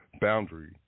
boundary